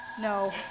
No